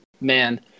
man